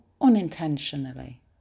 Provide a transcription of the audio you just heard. unintentionally